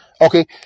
Okay